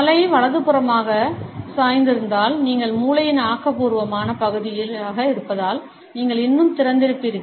தலை வலதுபுறமாக சாய்ந்திருந்தால் நீங்கள் மூளையின் ஆக்கபூர்வமான பகுதியாக இருப்பதால் நீங்கள் இன்னும் திறந்திருப்பீர்கள்